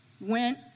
went